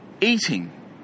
eating